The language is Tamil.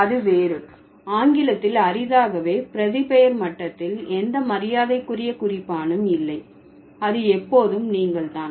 அது வேறு ஆங்கிலத்தில் அரிதாகவே பிரதிபெயர் மட்டத்தில் எந்த மரியாதைக்குரிய குறிப்பானும் இல்லை அது எப்போதும் நீங்கள் தான்